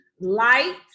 light